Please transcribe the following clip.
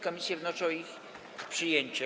Komisje wnoszą o ich przyjęcie.